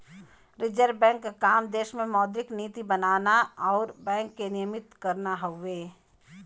reserve bank क काम देश में मौद्रिक नीति बनाना आउर बैंक के नियमित करना हउवे